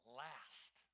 last